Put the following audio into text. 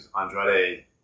Andrade